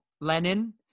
lenin